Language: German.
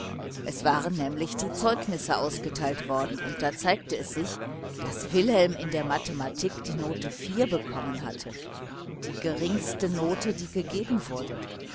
es waren nämlich die zeugnisse ausgeteilt worden und da zeigte es sich daß wilhelm in der mathematik die note bekommen hatte die geringste note die gegeben wurde